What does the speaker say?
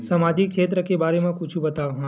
सामाजिक क्षेत्र के बारे मा कुछु बतावव?